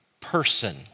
person